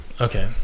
okay